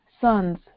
sons